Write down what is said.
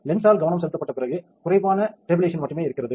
லென்ஸால் கவனம் செலுத்தப்பட்ட பிறகு குறைவான டேபிலெக்ஷன் மட்டுமே இருக்கிறது